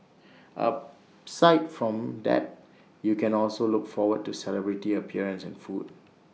aside from that you can also look forward to celebrity appearances and food